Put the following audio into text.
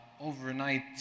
overnight